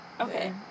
okay